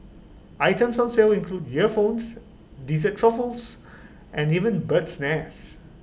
items on sale include earphones dessert truffles and even bird's nest